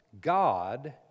God